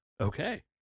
okay